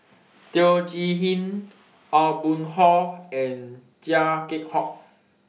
Teo Chee Hean Aw Boon Haw and Chia Keng Hock